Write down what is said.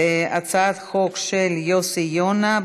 הצעת חוק של יוסי יונה.